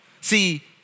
See